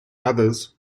others